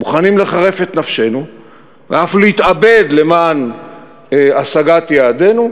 מוכנים לחרף את נפשנו ואף להתאבד למען השגת יעדינו,